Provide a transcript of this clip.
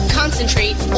concentrate